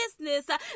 business